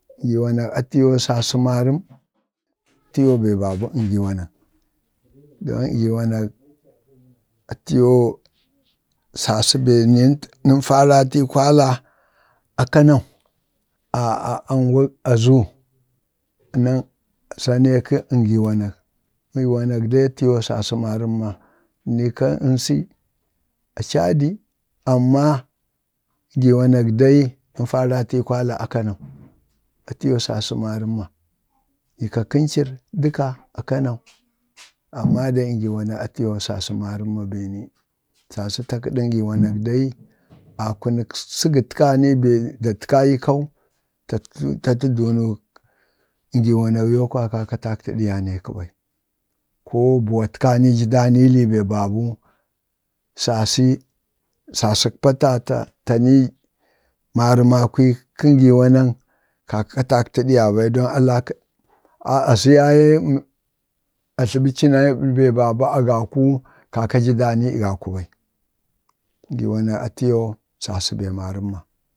ngiwanak atiyoo sasi marəm, atiyoo bee babə ngiwanak don ngiwanak atiyoo sasə bee nən nən faratii ikwala a a kanau a a ajgwa a zoo za bee ko ngwanak kaŋ nsi a chadi, amma ngiwanak dai, nən faratə ii kwala akanau atiyoo sasi marəmma, niika kəncir dəka a kanau, amma dai ngiwanak atiyoo sasi marəmma sasi ta kədə ngiwanak dai akunək səgətkani bee datkani ii kau ta tə dunʊk ngiwanak yoo kwaya kaka tatkəɗiyani jə danii lii bee babuu sasi, sasək pata ta, tanii marəmakwiik kaŋngi wanak kaka tatkədiyabii don azayayee, aza bee babu agakuu kaka jə danii ii gaku bai ngiwanak atiyoo sasi bee marəmma,